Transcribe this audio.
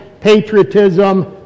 patriotism